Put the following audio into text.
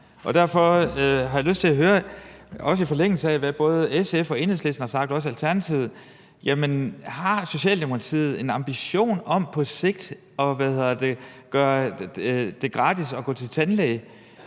Derfor har jeg lyst til at høre – også i forlængelse af det, som både SF, Enhedslisten og Alternativet har sagt: Har Socialdemokratiet en ambition om på sigt at gøre det gratis at gå til tandlæge?